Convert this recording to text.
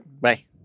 Bye